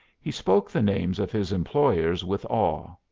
he spoke the names of his employers with awe.